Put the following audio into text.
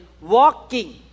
walking